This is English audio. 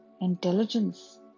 Intelligence